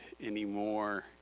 anymore